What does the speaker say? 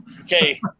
Okay